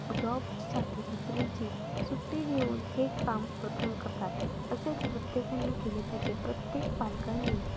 जॉबसाठी नोकरीची सुट्टी घेऊन हे काम प्रथम करतात असेच प्रत्येकाने केले पाहिजे प्रत्येक पालकांनी